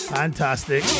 fantastic